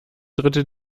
dritte